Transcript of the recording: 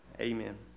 amen